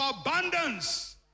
abundance